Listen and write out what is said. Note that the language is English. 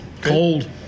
Cold